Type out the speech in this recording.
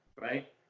right